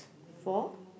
four